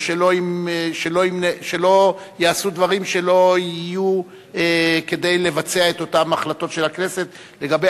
או שלא יעשו דברים שלא יהיו כדי לבצע את אותן החלטות של הכנסת לגבי,